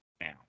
now